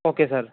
okay sir